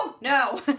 no